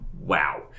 Wow